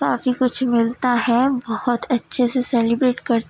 کافی کچھ ملتا ہے بہت اچھے سے سیلیبریٹ کر